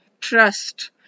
trust